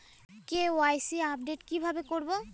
KYC update কিভাবে করবো?